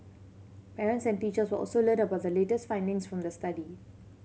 parents and teachers will also learnt about the latest findings from the study